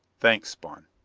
thanks, spawn.